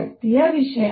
ಶಕ್ತಿಯ ವಿಷಯ